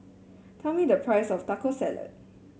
tell me the price of Taco Salad